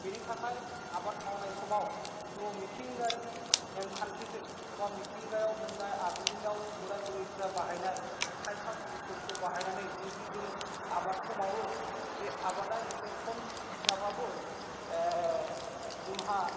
बेनि थाखाय आबाद मावनाय समाव जों मिथिंगारि नेमखान्थिजों एबा मिथिंगायाव मोन्नाय आगोलाव बोराय बुरैफ्रा बाहायनाय खायफा मुलिफोरखौ बाहायनानै जुदि जों आबादखौ मावो बे आबादा इसे खम जाबाबो जोंहा